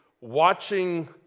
watching